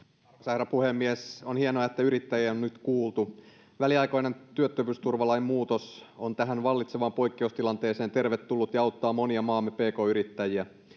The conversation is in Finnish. herra puhemies on hienoa että yrittäjiä on nyt kuultu väliaikainen työttömyysturvalain muutos on tähän vallitsevaan poikkeustilanteeseen tervetullut ja auttaa monia maamme pk yrittäjiä